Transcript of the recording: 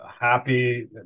Happy